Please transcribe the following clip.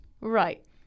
Right